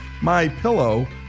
MyPillow